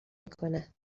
میکنه